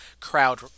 crowd